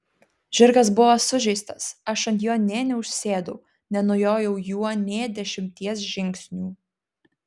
žirgas buvo sužeistas aš ant jo nė neužsėdau nenujojau juo nė dešimties žingsnių